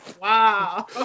wow